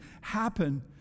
happen